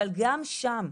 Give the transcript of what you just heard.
אבל גם שם,